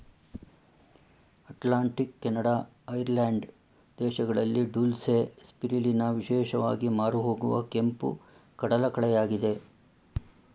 Atlantic, Canada, Ireland ದೇಶಗಳಲ್ಲಿ dulse, spirulina ವಿಶೇಷವಾಗಿ ಮಾರುಹೋಗುವ ಕೆಂಪು ಕಡಲಕಳೆಯಾಗಿದೆ